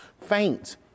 faint